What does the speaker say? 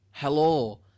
Hello